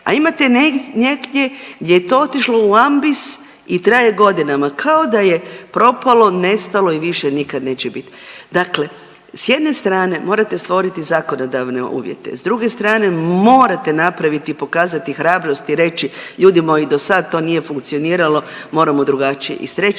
a ima negdje gdje je to otišlo u ambis i traje godinama, kao da je propalo, nestalo i više nikad neće biti. Dakle s jedne strane morate stvoriti zakonodavne uvjete, s druge strane, morate napraviti i pokazati hrabrost i reći ljudi moji, do sad to nije funkcioniralo, moramo drugačije i s treće